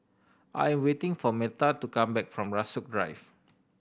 I am waiting for Metha to come back from Rasok Drive